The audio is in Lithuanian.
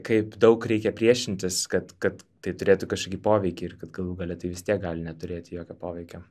kaip daug reikia priešintis kad kad tai turėtų kažkokį poveikį ir kad galų gale tai vis tiek gali neturėti jokio poveikio